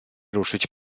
ruszyć